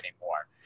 anymore